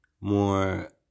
more